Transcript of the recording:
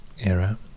era